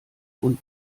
und